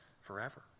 forever